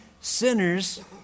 sinners